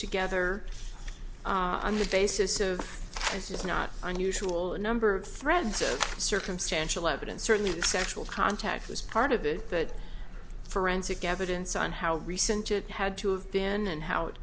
together on the basis of this is not unusual a number of threads of circumstantial evidence certainly sexual contact was part of it the forensic evidence on how recent it had to have been and how it